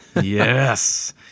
yes